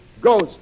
Ghost